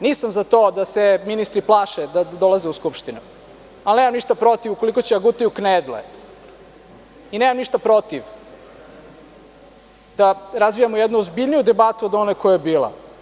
Nisam za to da se ministri plaše da dolaze u Skupštinu, ali nemam ništa protiv ukoliko će da gutaju knedle i nemam ništa protiv da razvijamo jednu ozbiljniju debatu od one koja je bila.